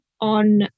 on